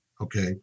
Okay